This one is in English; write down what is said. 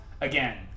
again